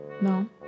No